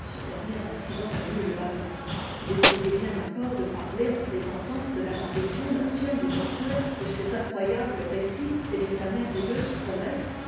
ce dernier incident émut le baron il essayait bien encore de parler en plaisantant de l'apparition nocturne du docteur de ses incroyables récits et de sa merveilleuse promesse